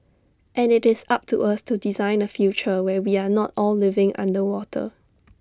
and IT is up to us to design A future where we are not all living underwater